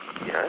Yes